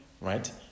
Right